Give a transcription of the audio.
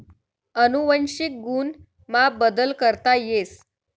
अनुवंशिक गुण मा बदल करता येस